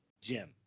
Jim